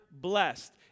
blessed